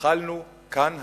התחלנו כאן היום,